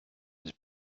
has